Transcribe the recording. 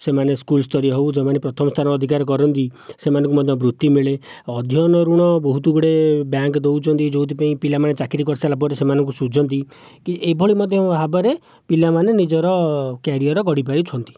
ସେମାନେ ସ୍କୁଲସ୍ତରୀୟ ହେଉ ଯେଉଁମାନେ ପ୍ରଥମ ସ୍ଥାନ ଅଧିକାର କରନ୍ତି ସେମାନଙ୍କୁ ମଧ୍ୟ ବୃତ୍ତି ମିଳେ ଅଧ୍ୟୟନ ଋଣ ବହୁତ ଗୁଡ଼େ ବ୍ୟାଙ୍କ ଦେଉଛନ୍ତି ଯେଉଁଥିପାଇଁ ପିଲାମାନେ ଚାକିରି କରିସାରିଲା ପରେ ସେମାନଙ୍କୁ ସୁଝନ୍ତି କି ଏଭଳି ମଧ୍ୟ ଭାବରେ ପିଲାମାନେ ନିଜର କ୍ୟାରିଅର ଗଢ଼ିପାରିଛନ୍ତି